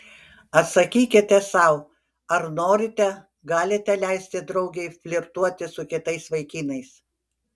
atsakykite sau ar norite galite leisti draugei flirtuoti su kitais vaikinais